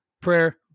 prayer